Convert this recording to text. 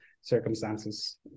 circumstances